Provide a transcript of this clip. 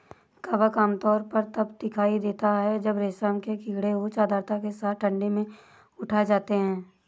कवक आमतौर पर तब दिखाई देता है जब रेशम के कीड़े उच्च आर्द्रता के साथ ठंडी में उठाए जाते हैं